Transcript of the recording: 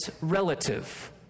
relative